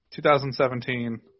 2017